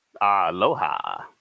Aloha